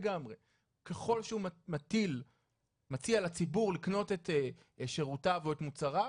ככל שהוא מציע לציבור לקנות את שירותיו או את מוצריו,